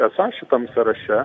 esą šitam sąraše